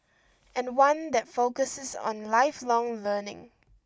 and one that focuses on lifelong learning